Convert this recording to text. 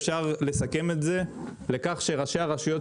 אפשר לסכם את זה לכך שראשי הרשויות,